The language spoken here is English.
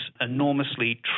enormously